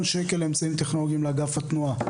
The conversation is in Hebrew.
שקל לאמצעים טכנולוגיים לאגף התנועה.